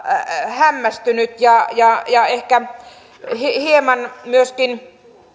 hämmästynyt ja ja ehkä hieman myöskin